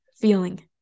feeling